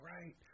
right